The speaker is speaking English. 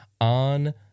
on